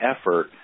effort